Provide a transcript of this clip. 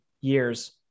years